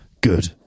Good